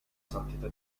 santità